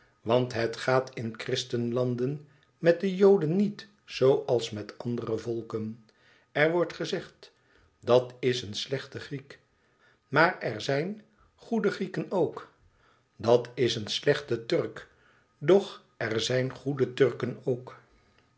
want het gaat in christenlanden met de joden niet zooals met andere volken r wordt gezegd i dat is een slechte griek maar er zijn goede grieken ook dat is een slechte turk doch er zijn goede turken ook